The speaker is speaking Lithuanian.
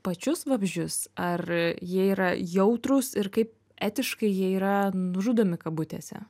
pačius vabzdžius ar jie yra jautrūs ir kaip etiškai jie yra nužudomi kabutėse